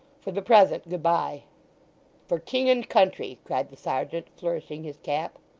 for the present, good-bye for king and country cried the serjeant, flourishing his cap.